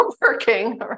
working